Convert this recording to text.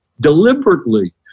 deliberately